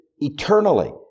eternally